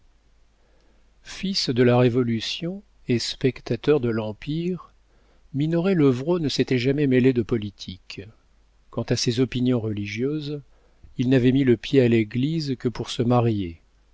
fils de la révolution et spectateur de l'empire minoret levrault ne s'était jamais mêlé de politique quant à ses opinions religieuses il n'avait mis le pied à l'église que pour se marier